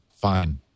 fine